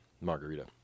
margarita